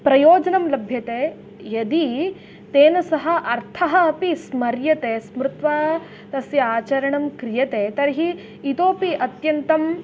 प्रयोजनं लभ्यते यदि तेन सह अर्थः अपि स्मर्यते स्मृत्वा तस्य आचरणं क्रियते तर्हि इतोऽपि अत्यन्तम्